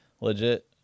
legit